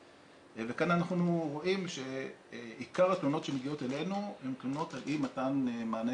וכאן אנחנו רואים שעיקר התלונות שמגיעות אלינו הן תלונות על אי מתן מענה